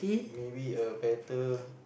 maybe a better